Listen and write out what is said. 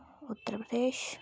Uttar Pradesh